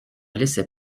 laissait